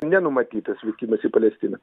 nenumatytas vykimas į palestiną